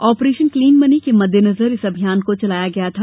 operation clean money के मद्देनजर इस अभियान को चलाया गया था